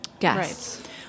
Right